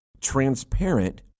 transparent